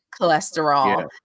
cholesterol